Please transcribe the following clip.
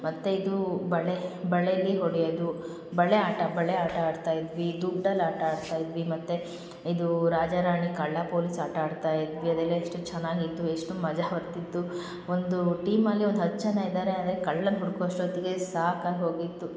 ಮತ್ತು ಇದು ಬಳೆ ಬಳೇಲಿ ಹೊಡಿಯದು ಬಳೆ ಆಟ ಬಳೆ ಆಟ ಆಡ್ತಾಯಿದ್ವಿ ದುಡ್ಡಲ್ಲಿ ಆಟ ಆಡ್ತಾಯಿದ್ವಿ ಮತ್ತು ಇದು ರಾಜರಾಣಿ ಕಳ್ಳ ಪೋಲೀಸ್ ಆಟ ಆಡ್ತಾಯಿದ್ವಿ ಅದೆಲ್ಲ ಎಷ್ಟು ಚೆನ್ನಾಗಿತ್ತು ಎಷ್ಟು ಮಜ ಬರ್ತಿತ್ತು ಒಂದು ಟೀಮಲ್ಲಿ ಒಂದು ಹತ್ತು ಜನ ಇದಾರೆ ಅಂದರೆ ಕಳ್ಳನ ಹುಡ್ಕೋ ಅಷ್ಟೊತ್ತಿಗೆ ಸಾಕಾಗಿ ಹೋಗಿತ್ತು